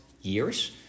years